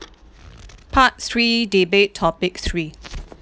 part three debate topic three